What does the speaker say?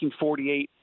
1948